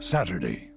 Saturday